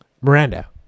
Miranda